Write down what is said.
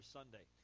Sunday